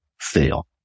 fail